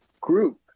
group